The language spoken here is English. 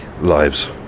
lives